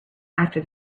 after